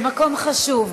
למקום חשוב.